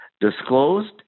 disclosed